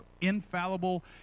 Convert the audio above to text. infallible